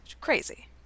Crazy